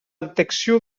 detecció